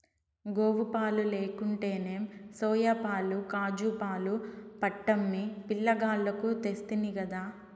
గోవుపాలు లేకుంటేనేం సోయాపాలు కాజూపాలు పట్టమ్మి పిలగాల్లకు తెస్తినిగదా